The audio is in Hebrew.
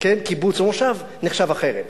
קיבוץ או מושב נחשב אחרת.